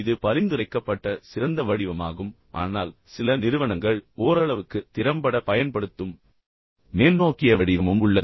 இது பரிந்துரைக்கப்பட்ட சிறந்த வடிவமாகும் ஆனால் சில நிறுவனங்கள் ஓரளவுக்கு திறம்பட பயன்படுத்தும் மேல்நோக்கிய வடிவமும் உள்ளது